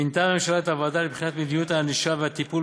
מינתה הממשלה את הוועדה לבחינת מדיניות הענישה והטיפול